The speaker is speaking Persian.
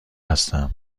هستم